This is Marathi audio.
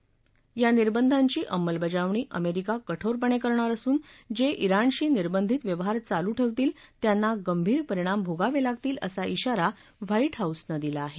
अमेरिका या निर्बंधांची अंमलबजावणी कठोरपणे करणार असून जे शिणशी निर्बंधित व्यवहार चालू ठेवतील त्यांना गंभीर परिणाम भोगावे लागतील असा ब्राारा व्हाईट हाऊसनं दिला आहे